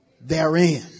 therein